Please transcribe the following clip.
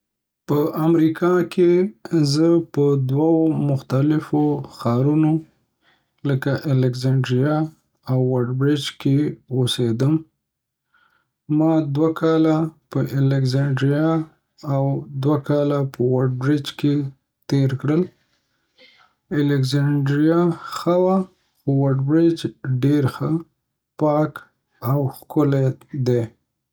په امریکا کې زه په دوو مختلفو ښارونو لکه اسکندریه او ووډبریج کې اوسېدم، ما دوه کاله په اسکندریه او دوه کاله په ووډبریج کې تیر کړل. اسکندریه ښه وه خو ووډبریج ډیر ښه، پاک او ښکلی دی.